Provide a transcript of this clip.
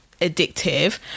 addictive